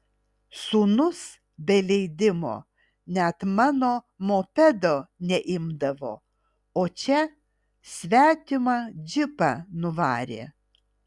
sūnus be leidimo net mano mopedo neimdavo o čia svetimą džipą nuvarė